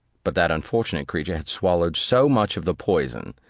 but that unfortunate creature had swallowed so much of the poison,